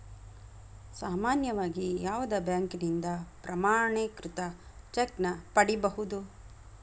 ಸಾಮಾನ್ಯವಾಗಿ ಯಾವುದ ಬ್ಯಾಂಕಿನಿಂದ ಪ್ರಮಾಣೇಕೃತ ಚೆಕ್ ನ ಪಡಿಬಹುದು